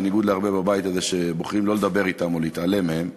בניגוד להרבה בבית הזה שבוחרים לא לדבר אתם או להתעלם מהם,